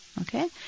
Okay